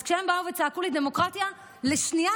אז כשהם באו וצעקו לי "דמוקרטיה" לשנייה,